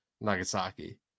Nagasaki